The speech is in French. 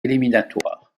éliminatoires